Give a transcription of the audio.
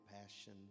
passion